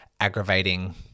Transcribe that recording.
aggravating